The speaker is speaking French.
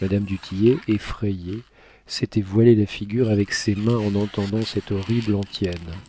madame du tillet effrayée s'était voilé la figure avec ses mains en entendant cette horrible antienne